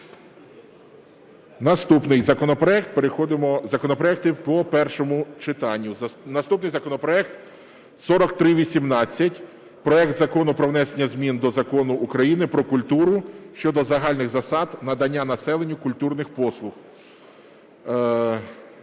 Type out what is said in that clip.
Наступний законопроект 4318 – проект Закону про внесення змін до Закону України "Про культуру" щодо загальних засад надання населенню культурних послуг.